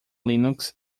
linux